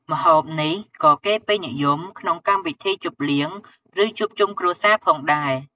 ម្ហូបនេះក៏គេពេញនិយមក្នុងកម្មវិធីជប់លៀង ឬជួបជុំគ្រួសារផងដែរ។